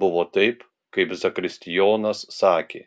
buvo taip kaip zakristijonas sakė